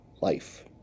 life